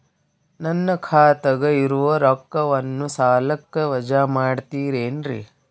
ನನ್ನ ಖಾತಗ ಇರುವ ರೊಕ್ಕವನ್ನು ಸಾಲಕ್ಕ ವಜಾ ಮಾಡ್ತಿರೆನ್ರಿ?